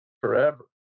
forever